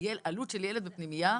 עלות של ילד בפנימייה,